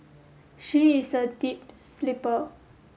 she is a deep sleeper